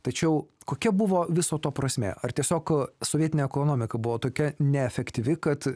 tačiau kokia buvo viso to prasmė ar tiesiog sovietinė ekonomika buvo tokia neefektyvi kad